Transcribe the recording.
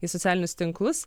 į socialinius tinklus